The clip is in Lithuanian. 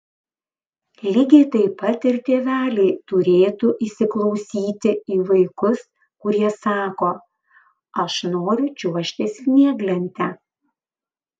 lygiai taip pat ir tėveliai turėtų įsiklausyti į vaikus kurie sako aš noriu čiuožti snieglente